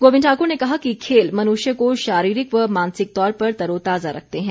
गोविंद ठाकर ने कहा कि खेल मनुष्य को शारीरिक व मानसिक तौर पर तरोताजा रखते हैं